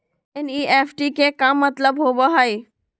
NEFT के का मतलव होव हई?